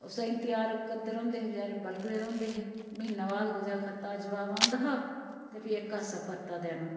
उसदा इंतजार करदे रौंह्दे बेचारे बलगदे रौंह्दे हे म्हीना बाद कुदै खतै दा जबाब औंदा हा ते फ्ही इक पास्सा परता देना